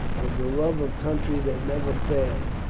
of the love of country that never failed,